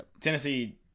Tennessee